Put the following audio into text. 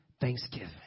thanksgiving